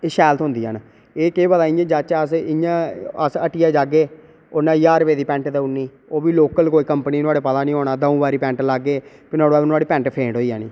ते शैल थ्होंदियां न केह् पता इ'यां जाह्चै अस इ'यां अस हट्टिया पजागे उ'नैं ज्हार रुपये दी पैंट देउड़ नी ओह् बी लोकल कोई कम्पनी नुआढ़ा पता निं होना द'ऊं बारी पैंट लाह्गे नुआढ़ी पैंट फेंट होई जानी